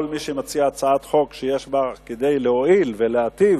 כל מי שמציע הצעת חוק שיש בה כדי להועיל ולהיטיב,